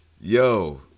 Yo